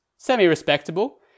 Semi-respectable